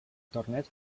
torneig